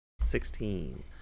Sixteen